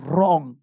Wrong